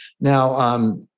now